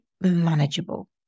manageable